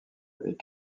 est